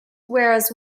whereas